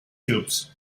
cubes